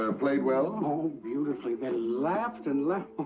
um played well? oh, beautifully! they laughed and laughed,